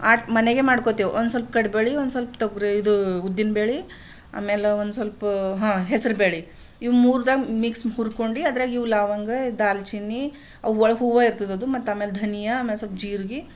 ಆಟ ಮನೆಗೆ ಮಾಡ್ಕೊತ್ತೇವು ಒಂದು ಸ್ವಲ್ಪ ಕಡ್ಲೆಬೇಳೆ ಒಂದು ಸ್ವಲ್ಪ ತೊಗರಿ ಇದು ಉದ್ದಿನ ಬೇಳೆ ಆಮೇಲೆ ಒಂದು ಸ್ವಲ್ಪ ಹಾಂ ಹೆಸ್ರು ಬೇಳೆ ಇವು ಮೂರ್ದಾಗು ಮಿಕ್ಸ್ ಹುರ್ಕೊಂಡಿ ಅದ್ರಾಗ ಇವು ಲವಂಗ ದಾಲ್ಚಿನ್ನಿ ಅದ್ರೊಳಗೆ ಹೂವು ಇರ್ತದದು ಮತ್ತೆ ಆಮೇಲೆ ಧನಿಯಾ ಆಮೇಲೆ ಸ್ವಲ್ಪ ಜೀರಿಗೆ